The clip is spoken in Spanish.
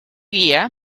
guía